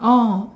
oh